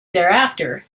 thereafter